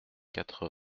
quatre